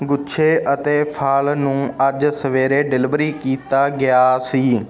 ਗੁੱਛੇ ਅਤੇ ਫ਼ਲ ਨੂੰ ਅੱਜ ਸਵੇਰੇ ਡਿਲਵਰੀ ਕੀਤਾ ਗਿਆ ਸੀ